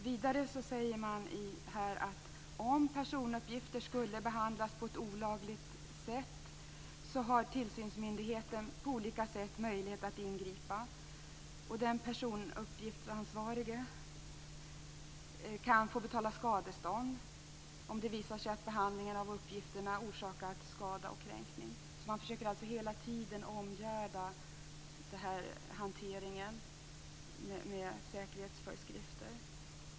Vidare säger man att om personuppgifter skulle behandlas på ett olagligt sätt har tillsynsmyndigheten på olika sätt möjlighet att ingripa. Den personuppgiftsansvarige kan få betala skadestånd om det visar sig att behandlingen av uppgifterna orsakat skada och kränkning. Man försöker alltså hela tiden omgärda hanteringen med säkerhetsföreskrifter.